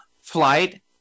Flight